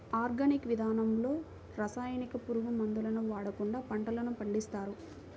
organic విధానంలో రసాయనిక, పురుగు మందులను వాడకుండా పంటలను పండిస్తారు